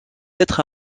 être